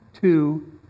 two